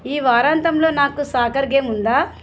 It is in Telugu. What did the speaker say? ఈ వారాంతంలో నాకు సాకర్ గేమ్ ఉందా